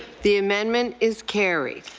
the amendment is carried.